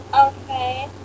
Okay